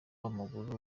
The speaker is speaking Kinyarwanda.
w’amaguru